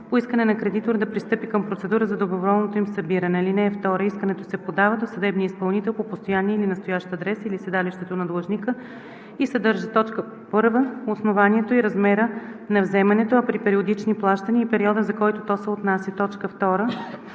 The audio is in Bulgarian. по искане на кредитор да пристъпи към процедура за доброволното им събиране. (2) Искането се подава до съдебния изпълнител по постоянния или настоящия адрес или седалището на длъжника и съдържа: 1. основанието и размера на вземането, а при периодични плащания – и периода, за който то се отнася; 2.